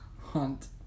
Hunt